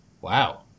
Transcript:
Wow